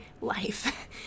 life